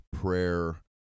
prayer